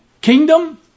kingdom